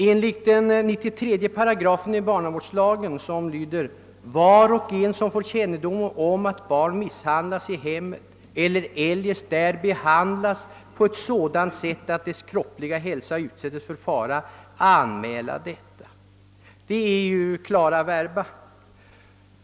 Enligt 93 § barnavårdslagen skall »var och en som får kännedom om att barn misshandlas i hemmet eller eljest där behandlas på ett sådant sätt att dess kroppsliga hälsa utsättes för fara anmåla detta». Det är ju klara verba.